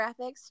graphics